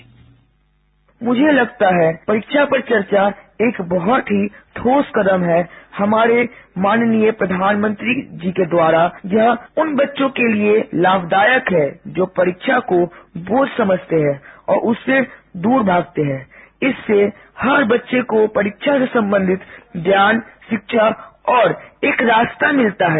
sound bite मुझे लगता है परीक्षा पर चर्चा एक बहुत ही ठोस कदम है और माननीय प्रधानमंत्री जी के द्वारा यह यह उन बच्चों के लिये लाभदायक है जो परीक्षा को बोझ समझते हैं और उससे दूर भागते हैं इससे हर बच्चे को परीक्षा से संबंधित ज्ञान शिक्षा और एक रास्ता मिलता है